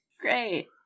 Great